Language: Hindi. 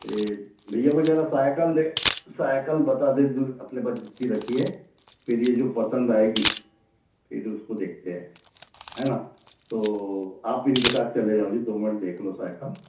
एक भईया को जरा सायकल दे सायकल बता दे दे अपने पास जितनी रखी है फिर ये जो पसंद आएगी फिर उसको देखते हैं है ना तो आप इनके साथ चले जाओ दो मिनट देख लो सायकल